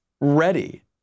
ready